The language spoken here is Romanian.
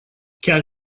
chiar